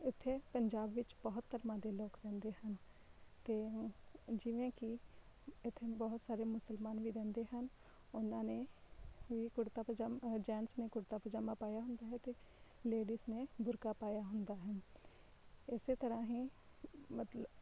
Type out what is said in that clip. ਇੱਥੇ ਪੰਜਾਬ ਵਿੱਚ ਬਹੁਤ ਧਰਮਾਂ ਦੇ ਲੋਕ ਰਹਿੰਦੇ ਹਨ ਅਤੇ ਜਿਵੇਂ ਕਿ ਇੱਥੇ ਬਹੁਤ ਸਾਰੇ ਮੁਸਲਮਾਨ ਵੀ ਰਹਿੰਦੇ ਹਨ ਉਹਨਾਂ ਨੇ ਵੀ ਕੁੜਤਾ ਪਜਾ ਜੈਂਟਸ ਨੇ ਕੁੜਤਾ ਪਜਾਮਾ ਪਾਇਆ ਹੁੰਦਾ ਹੈ ਅਤੇ ਲੇਡੀਜ਼ ਨੇ ਬੁਰਕਾ ਪਾਇਆ ਹੁੰਦਾ ਹੈ ਇਸੇ ਤਰ੍ਹਾਂ ਹੀ ਮਤਲਬ